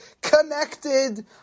connected